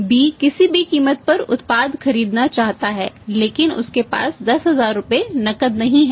B किसी भी कीमत पर उत्पाद खरीदना चाहता है लेकिन उसके पास 10000 रुपये नकद नहीं हैं